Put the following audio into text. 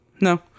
No